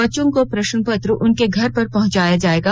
बच्चों को प्रश्न पत्र उनके घर पर पहुंचाया जाएगा